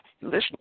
Listen